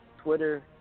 Twitter